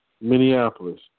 Minneapolis